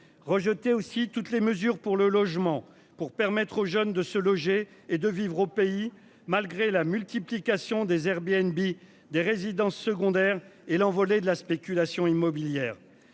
rejeter aussi toutes les mesures pour le logement pour permettre aux jeunes de se loger et de vivre au pays, malgré la multiplication des airs Bien. Des résidences secondaires et l'envolée de la spéculation immobilière.